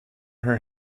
her